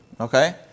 Okay